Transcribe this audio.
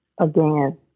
again